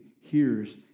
hears